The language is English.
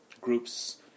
groups